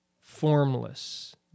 formless